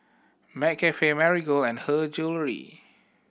McCafe Marigold and Her Jewellery